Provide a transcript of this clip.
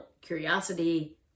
curiosity